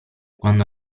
quando